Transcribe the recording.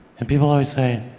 and people always say,